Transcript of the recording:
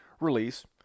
release